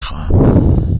خواهم